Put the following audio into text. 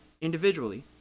individually